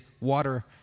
water